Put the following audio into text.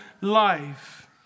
life